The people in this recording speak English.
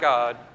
God